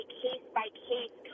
case-by-case